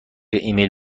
ایمیل